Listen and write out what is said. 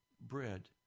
bread